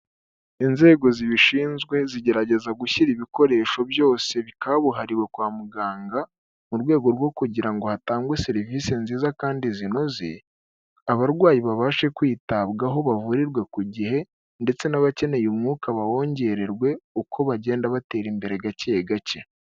Inzego zibishinzwe zigerageza gushyira ibikoresho byose kabuhariwe kwa muganga mu rwego rwo kugira ngo hatangwe serivisi nziza kandi zinoze abarwayi babashe kwitabwaho bavurirwa ku gihe ndetse n'abakeneye umwuka bowongererwe uko bagenda batera imbere gake gake.